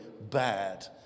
bad